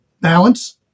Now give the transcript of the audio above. balance